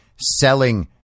selling